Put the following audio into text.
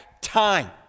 time